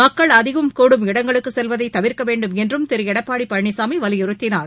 மக்கள் அதிகம் கூடும் இடங்களுக்கு செல்வதை தவிர்க்க வேண்டும் என்றும் திரு எடப்பாடி பழனிசாமி வலியுறுத்தினார்